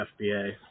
FBA